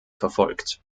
verfolgt